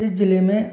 इस जिले में